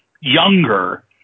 younger